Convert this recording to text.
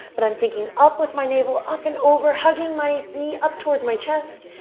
but i'm thinking up with my navel. up and over, hugging my knee up towards my chest,